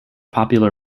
popular